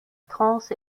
trance